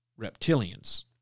reptilians